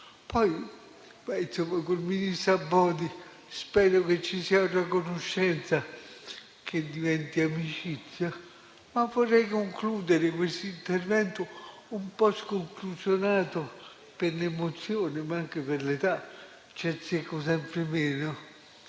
Poi, con l'ottimo ministro Abodi spero che ci sia una conoscenza che diventi amicizia. Vorrei concludere questo intervento un po' sconclusionato per l'emozione, ma anche per l'età, dato che ci azzecco sempre meno